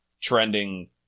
trending